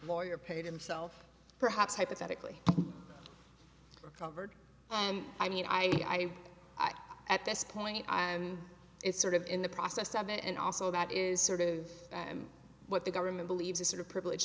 lawyer paid him self perhaps hypothetically recovered and i mean i at this point it's sort of in the process of that and also that is sort of what the government believes is sort of privilege